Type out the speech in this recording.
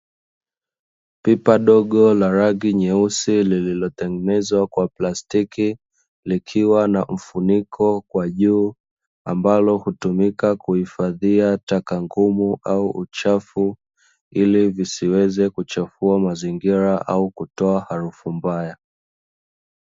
Pipa dogo la rangi nyeusi lililotengenezwa kwa plastiki, likiwa na mfuniko kwa juu, ambalo hutumika kuhifadhia taka ngumu au uchafu, ili visiweze kuchafua mazingira au kutoa harufu mbaya.